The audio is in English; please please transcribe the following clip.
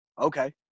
Okay